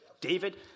David